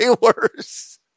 worse